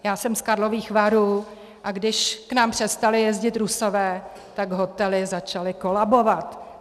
Já jsem z Karlových Varů, a když k nám přestali jezdit Rusové, tak hotely začaly kolabovat.